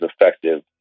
effective